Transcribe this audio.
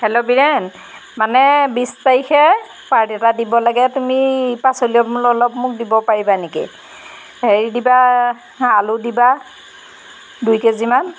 hello Biren মানে বিছ তাৰিখে পাৰ্টী এটা দিব লাগে তুমি পাচলি অলপ মোক দিব পাৰিবা নেকি হেৰি দিবা আলু দিবা দুই কেজিমান